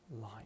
light